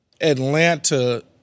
Atlanta